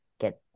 get